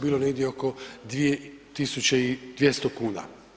bilo negdje oko 2.200 kuna.